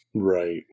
Right